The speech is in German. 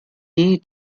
die